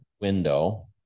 window